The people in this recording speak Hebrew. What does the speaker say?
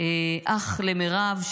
אח למירב,